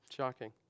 Shocking